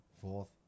fourth